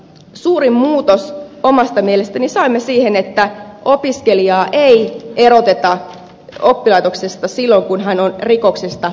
suurimman muutoksen omasta mielestäni saimme siihen että opiskelijaa ei eroteta oppilaitoksesta silloin kun hän on rikoksesta epäilty